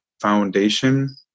foundation